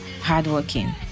hardworking